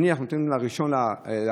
נניח נותנים ל-1 בנובמבר,